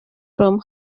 from